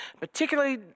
particularly